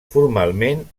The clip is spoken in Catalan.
formalment